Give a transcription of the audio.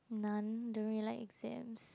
none don't really like exams